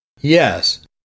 Yes